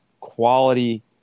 quality